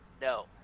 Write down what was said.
No